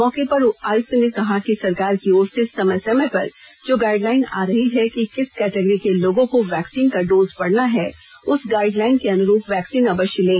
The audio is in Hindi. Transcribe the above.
मौके पर आयुक्त ने कहा कि सरकार की ओर से समय समय पर जो गाइडलाइन आ रही हैं कि किस कैटेगरी के लोगों को वैक्सीन का डोज पड़ना है उस गाईडलाइन के अनुरूप वैक्सीन अवश्य लें